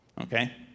okay